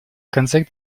концерт